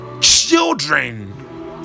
Children